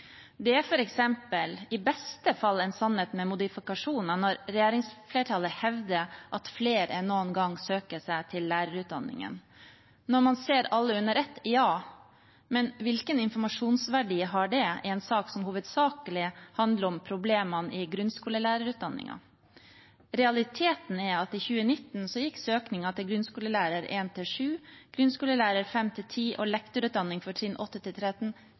Det er f.eks. i beste fall en sannhet med modifikasjoner når regjeringsflertallet hevder at flere enn noen gang søker seg til lærerutdanningen. Når man ser alle under ett, ja – men hvilken informasjonsverdi har det i en sak som hovedsakelig handler om problemene i grunnskolelærerutdanningen? Realiteten er at i 2019 gikk søkningen til grunnskolelærer trinn 1–7, grunnskolelærer trinn 5–10 og lektorutdanning for trinn 8–13 tilbake. Den sammenlagte økningen i søkningen til